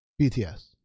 bts